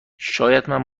شایدم